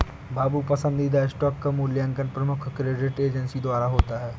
बाबू पसंदीदा स्टॉक का मूल्यांकन प्रमुख क्रेडिट एजेंसी द्वारा होता है